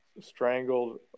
strangled